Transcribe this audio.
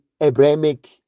Abrahamic